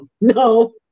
No